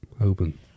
Open